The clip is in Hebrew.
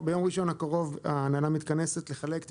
ביום ראשון הקרוב ההנהלה תתכנס לחלק את